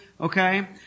okay